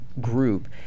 group